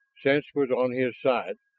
sense was on his side.